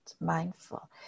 mindful